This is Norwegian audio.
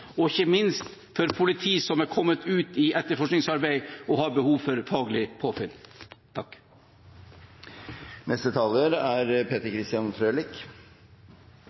og – ikke minst – for politi som er kommet ut i etterforskningsarbeid og trenger faglig påfyll.